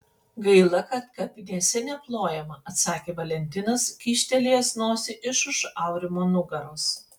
gaila kad kapinėse neplojama atsakė valentinas kyštelėjęs nosį iš už aurimo nugaros